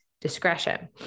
discretion